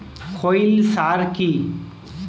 খৈল সার কি?